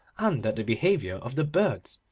and at the behaviour of the birds.